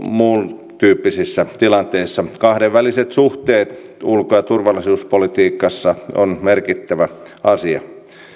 muun tyyppisissä tilanteissa kahdenväliset suhteet ulko ja turvallisuuspolitiikassa ovat merkittävä asia